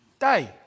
Day